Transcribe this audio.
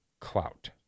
clout